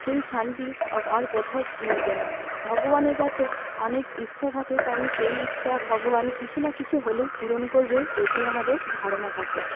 সেই শান্তি আর কোথাও মিলবে না ভগবানের কাছে অনেক ইচ্ছা থাকে কারণ সেই ইচ্ছা ভগবান কিছু না কিছু হলেও পূরণ করবে এটিই আমাদের ধারণা থাকে